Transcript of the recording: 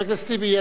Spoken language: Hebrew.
חבר הכנסת טיבי,